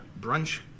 brunch